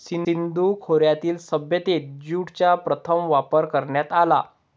सिंधू खोऱ्यातील सभ्यतेत ज्यूटचा प्रथम वापर करण्यात आला